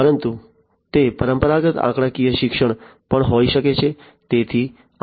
પરંતુ તે પરંપરાગત આંકડાકીય શિક્ષણ પણ હોઈ શકે છે